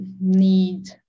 need